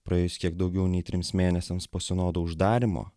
praėjus kiek daugiau nei trims mėnesiams po sinodo uždarymo